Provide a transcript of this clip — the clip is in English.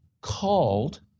called